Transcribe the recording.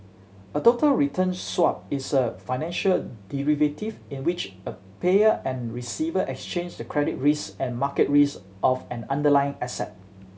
a total return swap is a financial derivative in which a payer and receiver exchange the credit risk and market risk of an underlying asset